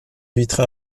vitre